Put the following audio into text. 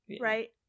right